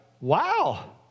wow